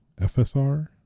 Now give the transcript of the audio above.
FSR